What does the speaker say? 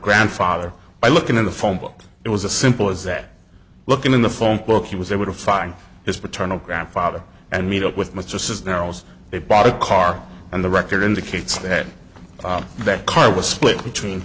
grandfather by looking in the phone book it was a simple as that looking in the phone book he was able to find his paternal grandfather and meet up with mr cisneros they bought a car and the record indicates that that car was split between